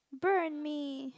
burn me